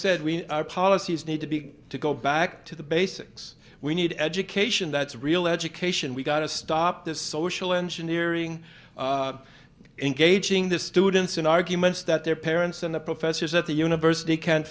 said we our policies need to be to go back to the basics we need education that's real education we've got to stop this social engineering engaging the students in arguments that their parents and the professors at the university can